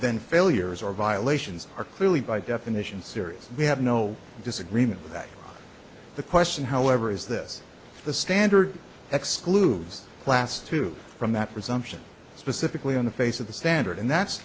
then failures or violations are clearly by definition serious we have no disagreement with that the question however is this the standard excludes class two from that presumption specifically on the face of the standard and that's